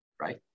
right